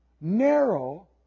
narrow